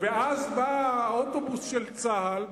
ואז בא האוטובוס של צה"ל,